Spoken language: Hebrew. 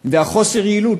וחוסר היעילות,